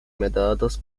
metadatos